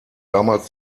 damals